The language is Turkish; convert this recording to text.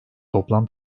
toplam